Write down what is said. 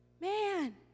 Man